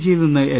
ജിയിൽ നിന്ന് എൽ